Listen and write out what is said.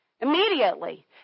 Immediately